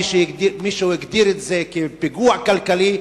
מישהו הגדיר את זה כפיגוע כלכלי.